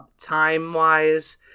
time-wise